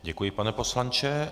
Děkuji, pane poslanče.